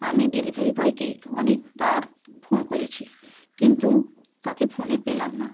আমি ডেলিভারি বয়কে অনেকবার ফোন করেছি কিন্তু তাকে ফোনে পেলাম না